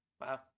Wow